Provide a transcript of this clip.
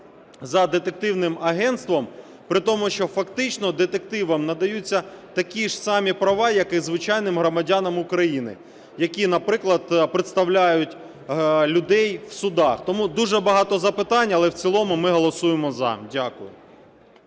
за детективним агентством, при тому, що фактичного детективам надаються такі ж самі права, як і звичайним громадянам України, які, наприклад, представляють людей в судах. Тому дуже багато запитань, але в цілому ми голосуємо "за". Дякую.